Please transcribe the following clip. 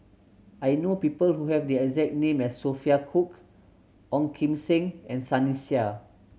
I know people who have the exact name as Sophia Cooke Ong Kim Seng and Sunny Sia